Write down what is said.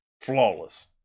flawless